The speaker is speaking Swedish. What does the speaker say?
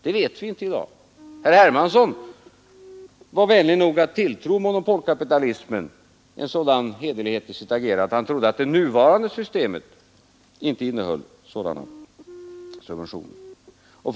Herr Hermansson var vänlig nog att tilltro monopolkapitalismen en sådan hederlighet i sitt agerande, att det nuvarande systemet inte innehåller sådana subventioner.